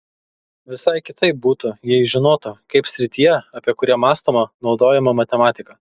visai kitaip būtų jei žinotų kaip srityje apie kurią mąstoma naudojama matematika